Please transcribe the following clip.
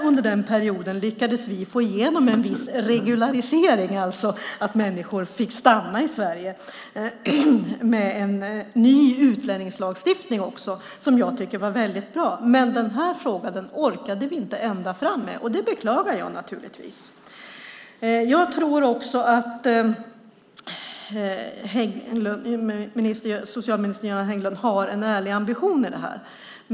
Under den perioden lyckades vi få igenom en viss regularisering, alltså att människor fick stanna i Sverige, med en ny utlänningslagstiftning också som jag tycker var väldigt bra. Men den här frågan orkade vi inte ända fram med. Det beklagar jag naturligtvis. Jag tror att socialminister Göran Hägglund har en ärlig ambition i det här.